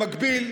במקביל,